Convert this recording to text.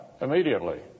immediately